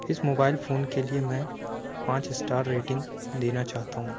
اس mobile phone کے لیے میں پانچ اسٹار ریٹنگ دینا چاہتا ہوں